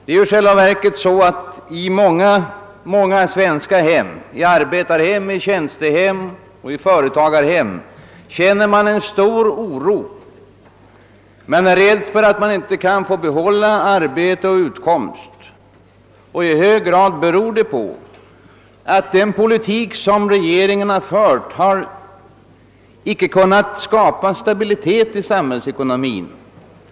Nej, i själva verket känner många i arbetar-, tjänstemannaoch företagarhem stor oro och rädsla för att inte få behålla arbete och utkomstmöjligheter. Och detta beror i hög grad på att den politik regeringen fört inte har skapat stabilitet i samhällsekonomin.